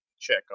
check